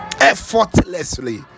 effortlessly